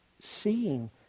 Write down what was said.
Seeing